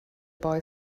boy